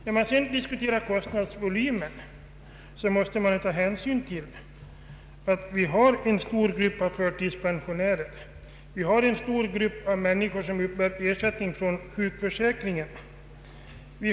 När man diskuterar kostnadsvolymen måste man ta hänsyn till att det redan nu finns en stor grupp av förtidspensionärer och sådana som uppbär ersättning från sjukförsäkringen.